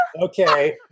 Okay